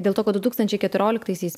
dėl to kad du tūkstančiai keturioliktaisiais